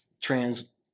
trans